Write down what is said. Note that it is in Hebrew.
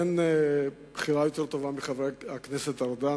אין בחירה יותר טובה מחבר הכנסת ארדן